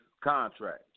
contract